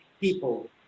people